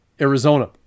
Arizona